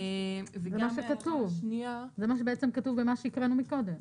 כך כתוב בנוסח שקראו קודם.